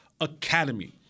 academy